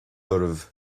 oraibh